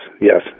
yes